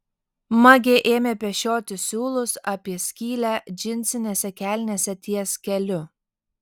magė ėmė pešioti siūlus apie skylę džinsinėse kelnėse ties keliu